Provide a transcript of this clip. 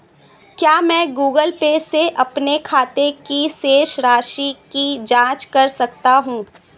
क्या मैं Google Pay से अपने खाते की शेष राशि की जाँच कर सकता हूँ?